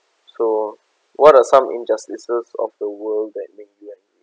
so what are some injustices of the world that make you angry